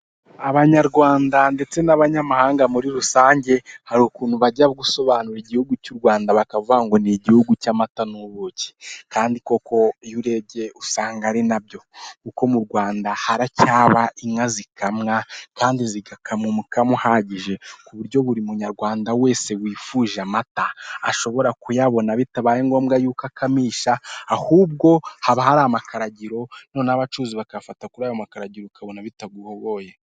Abanyarwanda ndetse n'abanyamahanga muri rusange hari ukuntu bajya gusobanura igihugu cy'u Rwanda bakavuga ngo ni igihugu cy'amata n'ubuki kandi koko iyo urebye usanga ari nabyo kuko mu Rwanda haracyaba inka zikamwa kandi zigakamwa imikamo uhagije ku buryo buri munyarwanda wese wifuje amata ashobora kuyabona bitabaye ngombwa yuko akamisha ahubwo haba hari amakaragiro noneho abacuruzi bakayafata kuri aya makaragi ukabona bitaguhogoye.